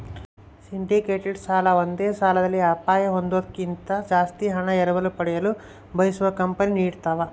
syndicated ಸಾಲ ಒಂದೇ ಸಾಲದಲ್ಲಿ ಅಪಾಯ ಹೊಂದೋದ್ಕಿಂತ ಜಾಸ್ತಿ ಹಣ ಎರವಲು ಪಡೆಯಲು ಬಯಸುವ ಕಂಪನಿ ನೀಡತವ